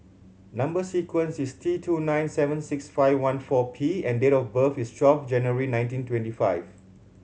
number sequence is T two nine seven six five one four P and date of birth is twelve January nineteen twenty five